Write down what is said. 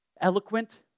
eloquent